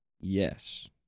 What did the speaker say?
Yes